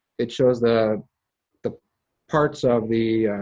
it shows the the parts of the